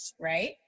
right